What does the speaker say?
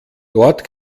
dort